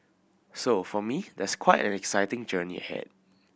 so for me there's quite an exciting journey ahead